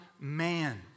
man